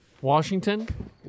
Washington